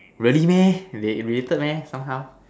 really meh they related meh somehow